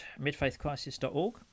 midfaithcrisis.org